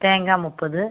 தேங்காய் முப்பது